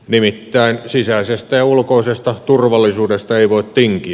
nimittäin sisäisestä ja ulkoisesta turvallisuudesta ei voi tinkiä